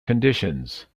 conditions